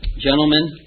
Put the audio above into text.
gentlemen